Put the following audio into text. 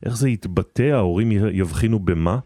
איך זה יתבטא? ההורים יבחינו במה?